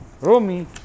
Romy